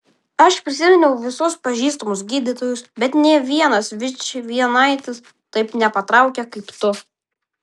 aš prisiminiau visus pažįstamus gydytojus bet nė vienas vičvienaitis taip nepatraukia kaip tu